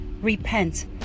repent